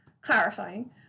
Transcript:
clarifying